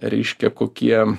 reiškia kokie